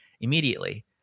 immediately